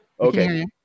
Okay